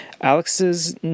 Alex's